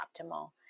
optimal